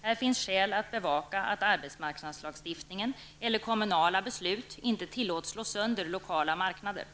Här finns skäl att bevaka att arbetsmarknadslagstiftningen eller kommunala beslut inte tillåts slå sönder lokala marknader.